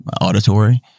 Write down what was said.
auditory